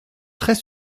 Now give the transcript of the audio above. très